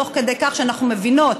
תוך כדי כך שאנחנו מבינות